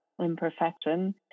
imperfection